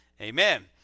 Amen